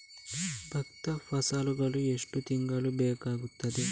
ಭತ್ತ ಫಸಲಾಗಳು ಎಷ್ಟು ತಿಂಗಳುಗಳು ಬೇಕಾಗುತ್ತದೆ?